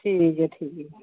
ठीक ऐ